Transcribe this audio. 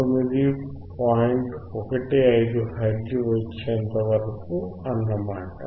15 hertz వచ్చేంత వరకు అన్నమాట